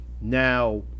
Now